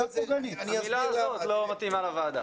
המילה הזאת לא מתאימה לוועדה.